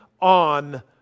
on